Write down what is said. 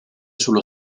sullo